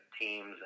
teams